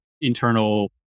internal